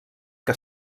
que